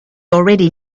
already